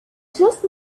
just